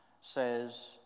says